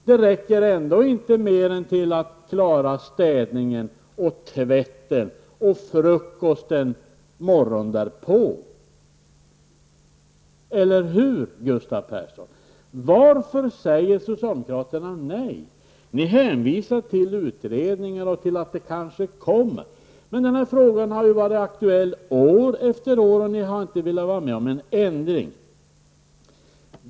Det räcker ändå inte mer än till att klara städningen och tvätten och frukosten morgonen därpå. Eller hur, Gustav Persson? Varför säger socialdemokraterna nej? Ni hänvisar till utredningar och till att det kanske kommer. Men den här frågan har ju varit aktuell år efter år, och ni har inte velat vara med om en ändring.